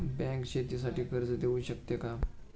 Bank शेतीसाठी कर्ज देऊ शकते का?